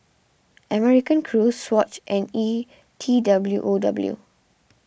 American Crew Swatch and E T W O W